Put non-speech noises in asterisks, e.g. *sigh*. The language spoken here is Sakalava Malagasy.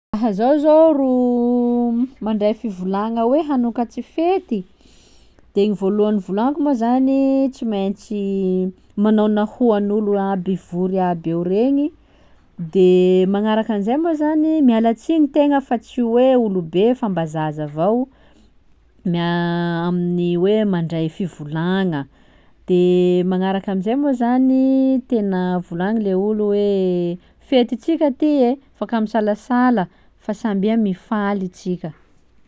Ha zaho zô ro *hesitation* mandray fivolagna hoe hanokatsy fety: de gny vôlohany volagniko moa zany manao nahoan'olo aby vory aby ao regny, de magnarakan'izay moa zany miala tsiny tegna fa tsy hoe olobe fa mba zaza avao mia- amin'ny hoe mandray fivolagna, de magnaraka amizay moa zany tena volagny le olo hoe fetitsika ty e fa ka misalasala fa sambia mifaly tsika.